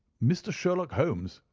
mr. sherlock holmes,